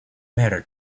mattered